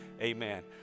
Amen